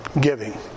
giving